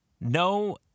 No